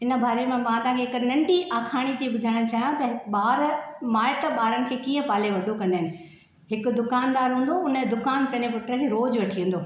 हिन ॿारे में मां तव्हांखे हिकु नंढी आखाणी थी ॿुधाइणु चाहियां त ॿार माइट ॿारनि खे कीअं पाले वॾो कंदा आहिनि हिकु दुकानदार हूंदो हुओ हुन दुकानु पंहिंजे पुट खे रोज़ वठी वेंदो हुओ